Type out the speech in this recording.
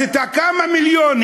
אז את כמה המיליונים,